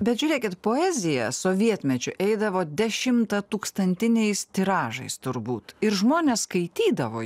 bet žiūrėkit poezija sovietmečiu eidavo dešimtą tūkstantiniais tiražais turbūt ir žmonės skaitydavo